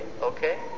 Okay